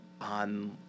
on